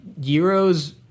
Euros